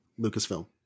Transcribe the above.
Lucasfilm